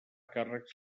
càrrecs